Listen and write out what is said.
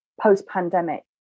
post-pandemic